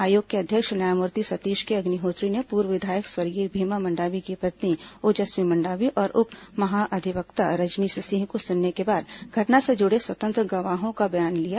आयोग के अध्यक्ष न्यायमूर्ति सतीश के अग्निहोत्री ने पूर्व विधायक स्वर्गीय भीमा मंडावी की पत्नी ओजस्वी मंडावी और उप महाधिवक्ता रजनीश सिंह को सुनने के बाद घटना से जुड़े स्वतंत्र गवाहों का बयान लिया